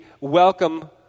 welcome